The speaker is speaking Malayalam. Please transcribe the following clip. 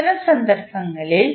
അത്തരം സന്ദർഭങ്ങളിൽ